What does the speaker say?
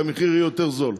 כי המחיר יהיה יותר נמוך.